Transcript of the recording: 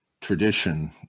tradition